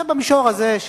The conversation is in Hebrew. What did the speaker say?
זה במישור הזה,